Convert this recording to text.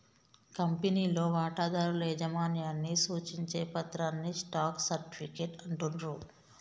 కంపెనీలో వాటాదారుల యాజమాన్యాన్ని సూచించే పత్రాన్నే స్టాక్ సర్టిఫికేట్ అంటుండ్రు